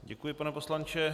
Děkuji, pane poslanče.